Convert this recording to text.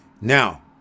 now